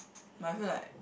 but I feel like